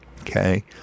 okay